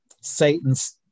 Satan's